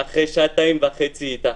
אחרי שעתיים וחצי איתה.